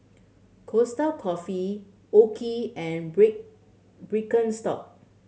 Costa Coffee OKI and Birkenstock